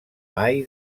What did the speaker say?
mai